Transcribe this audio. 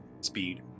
speed